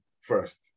first